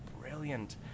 brilliant